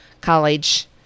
college